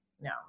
no